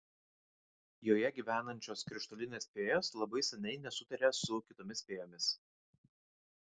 joje gyvenančios krištolinės fėjos labai seniai nesutaria su kitomis fėjomis